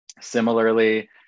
Similarly